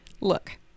Look